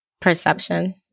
perception